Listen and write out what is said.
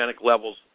levels